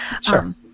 Sure